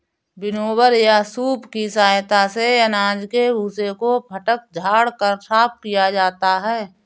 winnower या सूप की सहायता से अनाज के भूसे को फटक झाड़ कर साफ किया जाता है